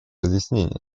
разъяснение